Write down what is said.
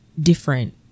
different